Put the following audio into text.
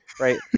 right